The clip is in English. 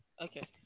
okay